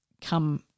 come